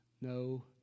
no